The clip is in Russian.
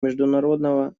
международного